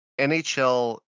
NHL